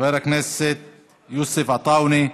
חבר הכנסת יוסף עטאונה,